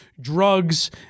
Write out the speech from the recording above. drugs